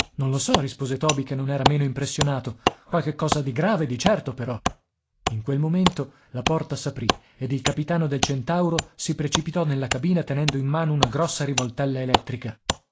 non lo so rispose toby che non era meno impressionato qualche cosa di grave di certo però in quel momento la porta s'aprì ed il capitano del centauro si precipitò nella cabina tenendo in mano una grossa rivoltella elettrica